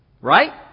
right